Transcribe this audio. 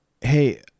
Hey